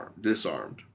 disarmed